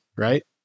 right